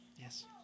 Yes